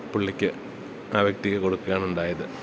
പുള്ളിക്ക് ആ വ്യക്തിക്ക് കൊടുക്കുകയാണുണ്ടായത്